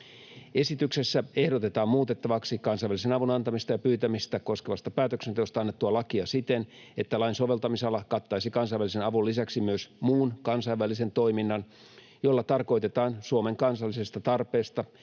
Esityksessä ehdotetaan muutettavaksi kansainvälisen avun antamista ja pyytämistä koskevasta päätöksenteosta annettua lakia siten, että lain soveltamisala kattaisi kansainvälisen avun lisäksi myös muun kansainvälisen toiminnan, jolla tarkoitetaan Suomen kansallisesta tarpeesta